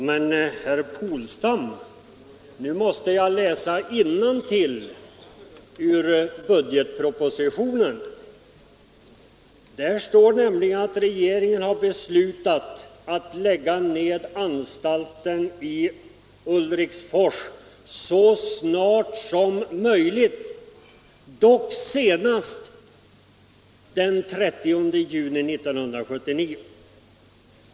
Herr talman! Nu måste jag, herr Polstam, läsa innantill ur budgetpropositionen. Där står nämligen att regeringen har beslutat att lägga ned anstalten i Ulriksfors ”så snart som möjligt, dock senast den 30 juni 1979”.